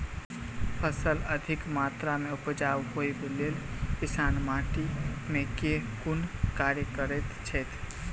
फसल अधिक मात्रा मे उपजाउ होइक लेल किसान माटि मे केँ कुन कार्य करैत छैथ?